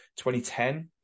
2010